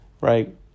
right